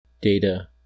Data